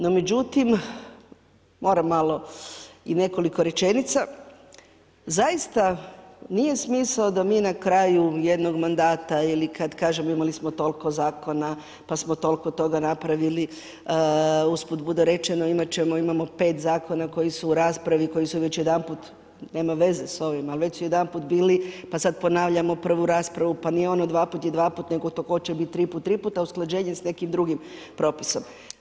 No međutim, moram malo i nekoliko rečenica, zaista nije smisao da mi na kraju jednog mandata ili kada kažem imali smo toliko zakona pa smo toliko toga napravili, usput budi rečeno imamo pet zakona koji su u raspravi, koji su već jedanput, nema veze s ovim, ali već su jedanput bili pa sada ponavljamo prvu raspravu pa nije ono dva put je dva put nego to hoće biti triput, triput, a usklađenje s nekim drugim propisom.